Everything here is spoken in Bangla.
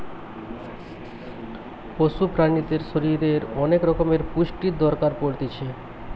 পশু প্রাণীদের শরীরের অনেক রকমের পুষ্টির দরকার পড়তিছে